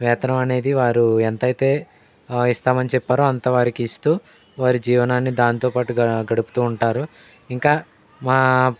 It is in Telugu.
వేతనం అనేది వారు ఎంత అయితే ఇస్తామని చెప్పారో అంత వారికి ఇస్తూ వారి జీవనాన్ని దానితో పాటుగా గడుపుతూ ఉంటారు ఇంకా మా